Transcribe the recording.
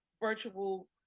virtual